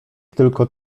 tylko